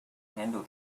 handle